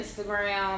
Instagram